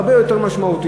הרבה יותר משמעותיות,